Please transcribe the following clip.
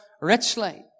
richly